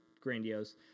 grandiose